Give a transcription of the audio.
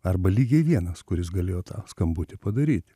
arba lygiai vienas kuris galėjo tą skambutį padaryt